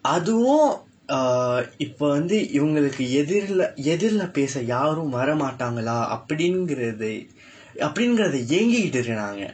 அதுவும்:athuvum uh இப்போ வந்து இவங்களுக்கு எதிர்ல எதிர்ல பேச யாரும் வர மாட்டாங்களா அப்படிகிறதை அப்படிகிறதை ஏங்கிட்டு இருக்காங்க:ippoo vandthu ivangkalukku ethirla ethirla peesa yaarum vara matdaangkala appadikirathai appadikirathai eengkitdu irukkaangka